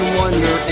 wonder